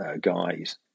Guys